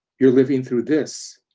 you're living through this.